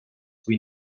swój